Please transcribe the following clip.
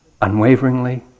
unwaveringly